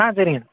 ஆ சரிங்க